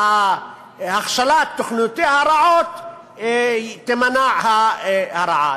מהכשלת תוכניותיה הרעות תימנע הרעה.